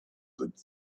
did